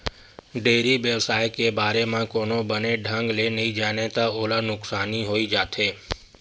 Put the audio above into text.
dairy बेवसाय के बारे म कोनो बने ढंग ले नइ जानय त ओला नुकसानी होइ जाथे